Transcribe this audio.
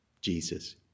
Jesus